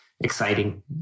exciting